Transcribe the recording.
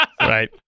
Right